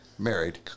Married